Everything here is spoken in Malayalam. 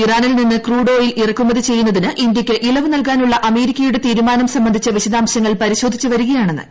ഇറാനിൽ നിന്ന് ക്രൂഡ് ഓയിൽ ഇറക്കുമതി ചെയ്യുന്നതിന് ന് ഇളവ് നൽകാനുള്ള അമേരിക്കയുടെ തീരുമാനം ഇന്ത്യക്ക് സംബന്ധിച്ച വിശദാംശങ്ങൾ പരിശോധിച്ചു വരികയാണെന്ന് ഇന്ത്യ